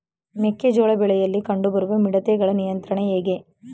ಮೆಕ್ಕೆ ಜೋಳ ಬೆಳೆಯಲ್ಲಿ ಕಂಡು ಬರುವ ಮಿಡತೆಗಳ ನಿಯಂತ್ರಣ ಹೇಗೆ?